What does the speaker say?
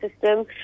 system